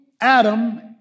Adam